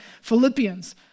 Philippians